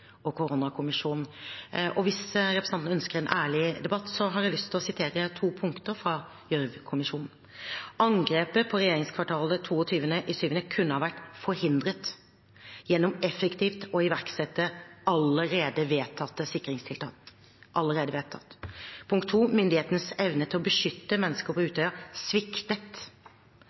og koronakommisjonen. Og hvis representanten ønsker en ærlig debatt, har jeg lyst til å sitere to punkter fra Gjørv-kommisjonen: Punkt én: «Angrepet på regjeringskvartalet 22/7 kunne ha vært forhindret gjennom effektiv iverksettelse av allerede vedtatte sikringstiltak.» – Allerede vedtatt. Punkt to: «Myndighetenes evne til å beskytte mennesker på Utøya sviktet.»